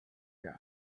guy